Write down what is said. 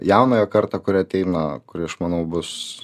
jaunąją kartą kuri ateina kuri aš manau bus